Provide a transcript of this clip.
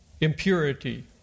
impurity